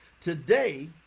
today